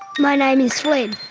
my name is flynn.